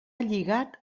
lligat